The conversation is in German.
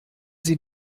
sie